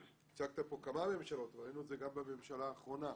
הצגת פה כמה ממשלות ראינו את זה גם בממשלה האחרונה.